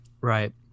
Right